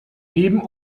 neben